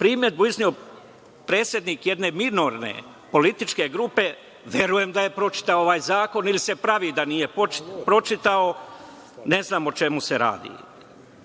Primedbu je izneo predstavnik jedne minorne političke grupe, pa verujem da je pročitao ovaj zakon ili se pravi da nije pročitao, ne znam o čemu se radi.